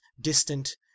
distant